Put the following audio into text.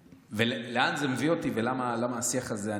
ולאן זה מביא אותי ולמה השיח הזה?